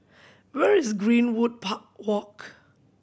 where is Greenwood Walk